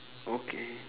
okay